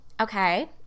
okay